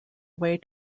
way